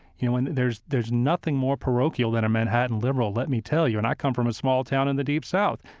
you know and there's there's nothing more parochial than a manhattan liberal, let me tell me, and i come from a small town in the deep south